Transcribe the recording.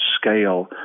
scale